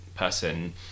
person